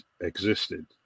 existed